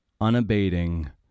unabating